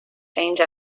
change